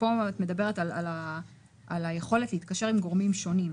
פה את מדברת על היכולת להתקשר עם גורמים שונים.